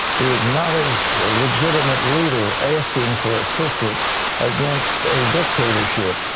the acknowledged legitimate leader asking for assistance against a dictatorship.